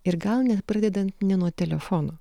ir gal net pradedant ne nuo telefono